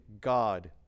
God